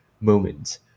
moment